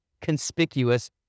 conspicuous